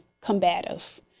combative